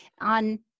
on